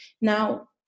now